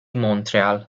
montréal